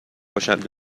باشند